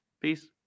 Peace